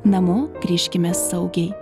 namo grįžkime saugiai